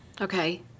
Okay